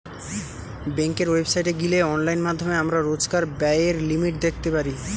বেংকের ওয়েবসাইটে গিলে অনলাইন মাধ্যমে আমরা রোজকার ব্যায়ের লিমিট দ্যাখতে পারি